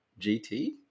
GT